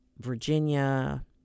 Virginia